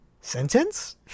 sentence